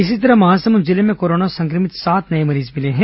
इसी तरह महासमुंद जिले में कोरोना संक्रमित सात नये मरीज मिले हैं